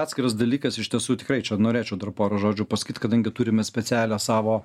atskiras dalykas iš tiesų tikrai čia norėčiau dar porą žodžių pasakyt kadangi turime specialią savo